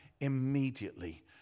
Immediately